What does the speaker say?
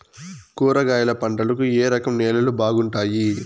కూరగాయల పంటలకు ఏ రకం నేలలు బాగుంటాయి?